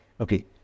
Okay